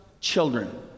children